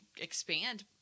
expand